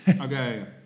Okay